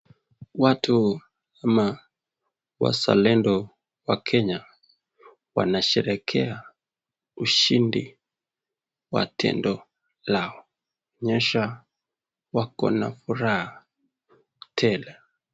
Watu ama wazalendo wa Kenya, wanasherekea ushindi wa tendo lao, kuonyesha wako na furaha tele.